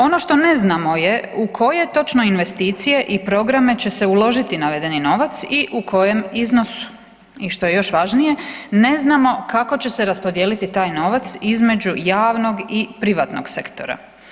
Ono što ne znamo je u koje točno investicije i programe će se uložiti navedeni novac i u kojem iznosu i što je još važnije ne znamo kako će se raspodijeliti taj novac između javnog i privatnog sektora.